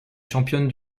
championne